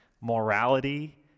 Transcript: morality